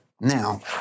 Now